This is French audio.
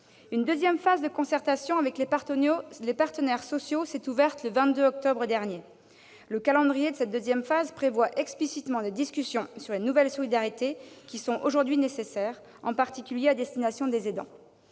Une deuxième phase de concertation avec les partenaires sociaux s'est ouverte le 22 octobre dernier. Son calendrier prévoit explicitement des discussions sur les nouvelles solidarités aujourd'hui nécessaires, en particulier à l'égard des aidants.